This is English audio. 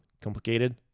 complicated